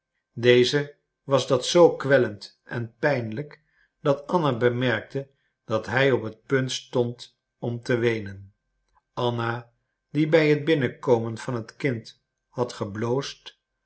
dezen was dat zoo kwellend en pijnlijk dat anna bemerkte dat hij op het punt stond om te weenen anna die bij het binnenkomen van het kind had gebloosd